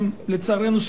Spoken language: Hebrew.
לצערנו,